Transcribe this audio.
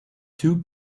two